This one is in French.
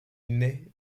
naît